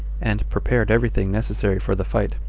and prepared everything necessary for the fight.